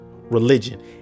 religion